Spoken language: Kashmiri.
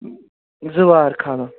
زٕ وار کھالو